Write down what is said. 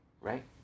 Right